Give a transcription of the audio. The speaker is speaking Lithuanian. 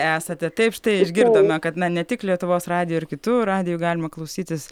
esate taip štai išgirdome kad na ne tik lietuvos radijo ir kitų radijų galima klausytis